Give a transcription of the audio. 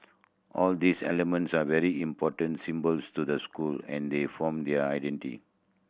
all these elements are very important symbols to the school and they form their identity